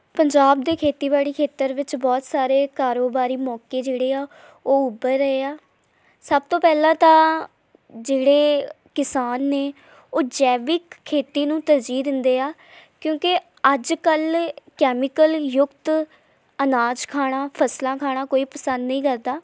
ਪੰਜਾਬ ਦੇ ਖੇਤੀਬਾੜੀ ਖੇਤਰ ਵਿੱਚ ਬਹੁਤ ਸਾਰੇ ਕਾਰੋਬਾਰੀ ਮੌਕੇ ਜਿਹੜੇ ਆ ਉਹ ਉੱਭਰ ਰਹੇ ਆ ਸਭ ਤੋਂ ਪਹਿਲਾਂ ਤਾਂ ਜਿਹੜੇ ਕਿਸਾਨ ਨੇ ਉਹ ਜੈਵਿਕ ਖੇਤੀ ਨੂੰ ਤਰਜੀਹ ਦਿੰਦੇ ਆ ਕਿਉਂਕਿ ਅੱਜ ਕੱਲ੍ਹ ਕੈਮੀਕਲ ਯੁਕਤ ਅਨਾਜ ਖਾਣਾ ਫਸਲਾਂ ਖਾਣਾ ਕੋਈ ਪਸੰਦ ਨਹੀਂ ਕਰਦਾ